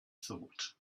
thought